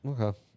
Okay